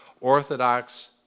Orthodox